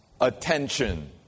attention